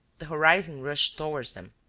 the horizon rushed toward them,